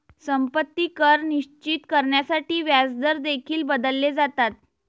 संपत्ती कर निश्चित करण्यासाठी व्याजदर देखील बदलले जातात